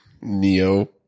Neo